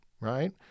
Right